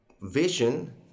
vision